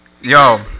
Yo